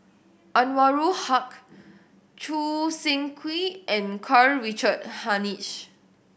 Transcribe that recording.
Anwarul Haque Choo Seng Quee and Karl Richard Hanitsch